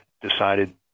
decided